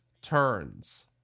turns